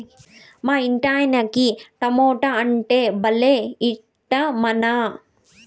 మా ఇంటాయనకి టమోటా అంటే భలే ఇట్టమన్నా